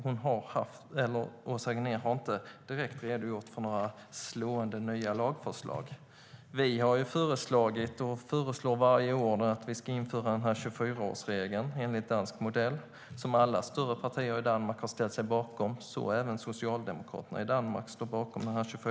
Åsa Regnér har inte redogjort för några slående nya lagförslag. Vi har föreslagit och föreslår varje år att vi ska införa 24-årsregeln enligt dansk modell, som alla större partier i Danmark har ställt sig bakom, så även Socialdemokraterna i Danmark.